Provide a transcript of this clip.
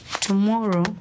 Tomorrow